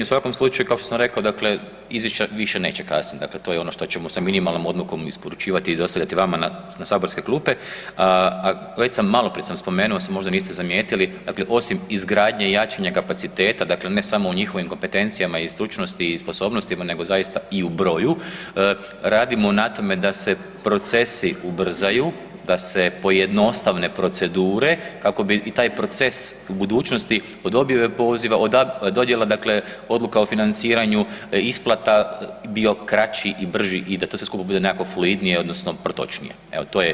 U svakom slučaju, kao što sam rekao, dakle izvješća više neće kasniti, dakle to je ono što ćemo sa minimalnom odlukom isporučivati i dostavljati vama na saborske klupe, a već sam, maloprije sam spomenuo samo možda niste zamijetili, dakle osim izgradnje i jačanja kapaciteta, dakle ne samo u njihovim kompetencijama i stručnosti i sposobnostima, nego zaista i u broju, radimo na tome da se procesi ubrzaju, da se pojednostavne procedure kako bi i taj proces u budućnosti od objave poziva, od dodjela, dakle odluka o financiranju, isplata, bio kraći i brži i da to sve skupa bude nekako fluidnije odnosno protočnije, evo, to je